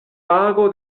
pago